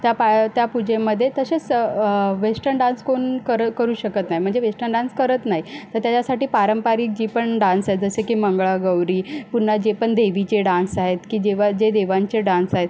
त्या पा त्या पुजेमध्ये तसेच वेष्टन डान्स कोण करं करू शकत नाही म्हणजे वेष्टन डान्स करत नाही तर त्याच्यासाठी पारंपारिक जी पण डान्स आहेत जसे की मंगळागौरी पुन्हा जे पण देवीचे डान्स आहेत की जेव्हा जे देवांचे डान्स आहेत